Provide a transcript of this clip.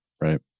Right